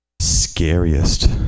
Scariest